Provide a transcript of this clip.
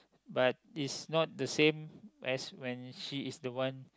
but is not the same as when she is the one